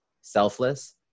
selfless